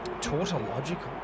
Tautological